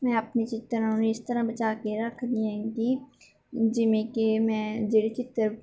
ਮੈਂ ਆਪਣੇ ਚਿੱਤਰਾਂ ਨੂੰ ਇਸ ਤਰ੍ਹਾਂ ਬਚਾ ਕੇ ਰੱਖਦੀ ਹੈਗੀ ਜਿਵੇਂ ਕਿ ਮੈਂ ਜਿਹੜੇ ਚਿੱਤਰ